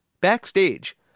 Backstage